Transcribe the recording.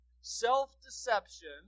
Self-deception